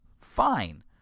Fine